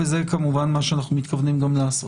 וזה מה שאנחנו מתכוונים לעשות.